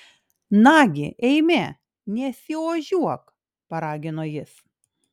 nagi eime nesiožiuok paragino jis